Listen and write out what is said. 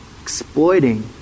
Exploiting